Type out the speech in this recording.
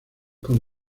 con